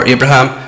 Abraham